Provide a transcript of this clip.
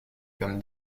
comme